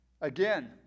Again